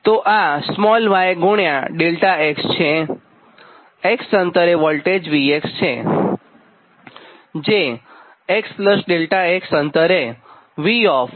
તો આ y ગુણ્યા Δx છે x અંતરે વોલ્ટેજ V છે જે xΔx અંતરે VxΔx છે